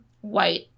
white